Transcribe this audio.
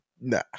nah